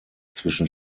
zwischen